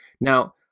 Now